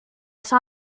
saw